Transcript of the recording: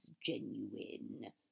genuine